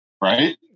Right